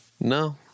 No